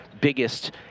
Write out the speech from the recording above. biggest